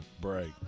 break